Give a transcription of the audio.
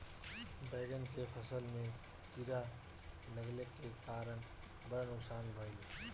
बैंगन के फसल में कीड़ा लगले के कारण बड़ा नुकसान भइल